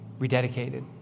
rededicated